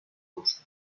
ruso